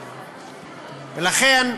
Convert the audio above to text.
ולכן,